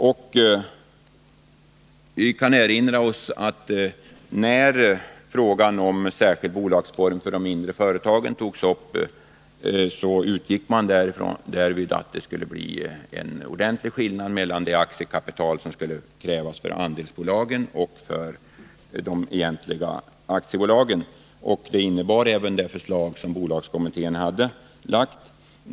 Jag kan erinra om att när frågan om särskild bolagsform för de mindre företagen togs upp, utgick man från att det skulle bli en ordentlig skillnad mellan det aktiekapital som skulle krävas för andelsbolagen och det som skulle krävas för de egentliga aktiebolagen. Även det förslag som bolagskommittén hade framlagt innebar detta.